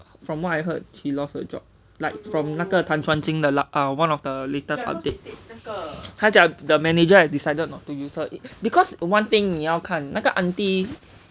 from what I heard she lost her job like from 那个 tan chuan jin the luck ah one of the latest update 他讲 the manager have decided not to use it because one thing 你要看那个 auntie